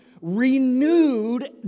renewed